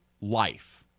life